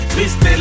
Triste